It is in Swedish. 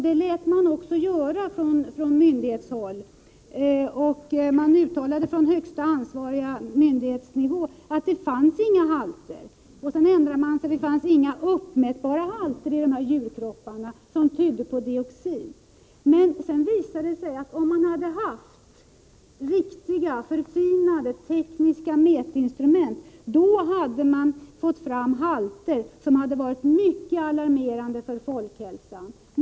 Det lät man också göra från myndighetshåll. Från högsta ansvarig myndighets nivå uttalades att det inte fanns några halter. Sedan ändrade man sig och sade att det i dessa djurkroppar inte fanns några uppmätbara halter som tydde på dioxin. Sedan visade det sig att om man hade haft riktiga, förfinade tekniska mätinstrument, då hade man fått fram halter som hade varit mycket alarmerande för folkhälsan.